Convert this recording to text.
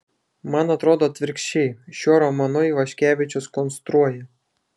man atrodo atvirkščiai šiuo romanu ivaškevičius konstruoja